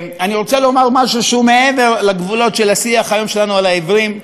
אני רוצה לומר משהו שהוא מעבר לגבולות של השיח היום שלנו על העיוורים.